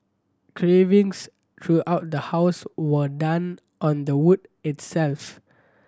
cravings throughout the house were done on the wood itself